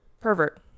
Pervert